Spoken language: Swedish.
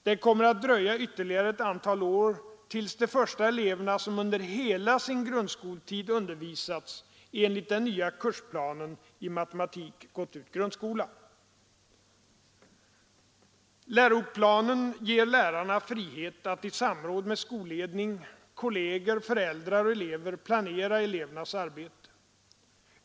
Det kommer att dröja ytterligare ett antal år tills de första eleverna som under hela sin grundskoltid undervisats enligt den nya kursplanen i matematik gått ut grundskolan. Läroplanen ger lärarna frihet att i samråd med skolledning, kolleger, föräldrar och elever planera elevernas arbete.